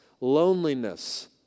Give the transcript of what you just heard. loneliness